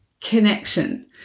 connection